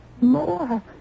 more